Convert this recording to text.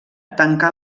tancà